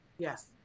Yes